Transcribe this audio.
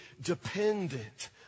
dependent